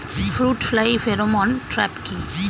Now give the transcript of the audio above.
Fruit fly pheromone trap কি?